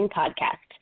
podcast